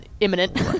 imminent